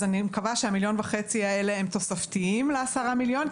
אז אני מקווה שה-1.5 מיליון שקל האלה הם תוספתיים ל-10 מיליון שקל.